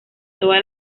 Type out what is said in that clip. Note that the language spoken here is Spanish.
toda